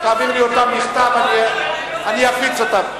תעביר לי אותן בכתב, אני אפיץ אותן.